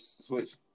switch